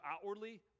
outwardly